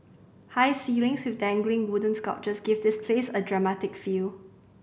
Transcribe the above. high ceilings with dangling wooden sculptures give this place a dramatic feel